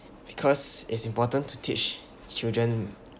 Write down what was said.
because it's important to teach children